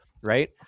Right